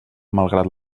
malgrat